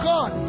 God